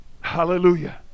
Hallelujah